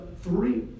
three